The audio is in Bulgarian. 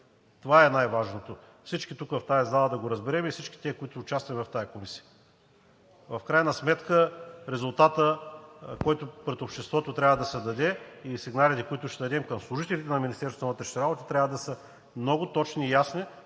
Това е най-важното. Всички тук в тази зала да го разберем и всички тези, които участваме в тази комисия. В крайна сметка резултатът, който пред обществото трябва да се даде, и сигналите, които ще дадем към служителите на Министерството на вътрешните работи, трябва да са много точни и ясни,